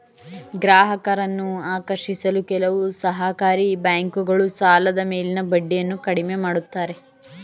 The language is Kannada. ಗ್ರಾಹಕರನ್ನು ಆಕರ್ಷಿಸಲು ಕೆಲವು ಸಹಕಾರಿ ಬ್ಯಾಂಕುಗಳು ಸಾಲದ ಮೇಲಿನ ಬಡ್ಡಿಯನ್ನು ಕಡಿಮೆ ಮಾಡುತ್ತಾರೆ